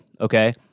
okay